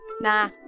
nah